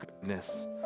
goodness